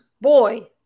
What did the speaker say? boy